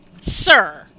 Sir